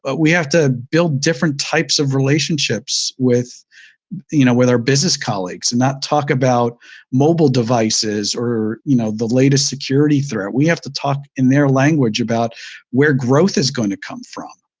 but we have to build different types of relationships with you know with our business colleagues and not talk about mobile devices or you know the latest security threat. we have to talk in their language about where growth is going to come from,